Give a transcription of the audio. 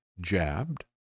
jabbed